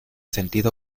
sentido